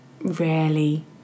rarely